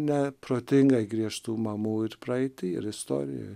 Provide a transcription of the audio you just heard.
neprotingai griežtų mamų ir praeity ir istorijoj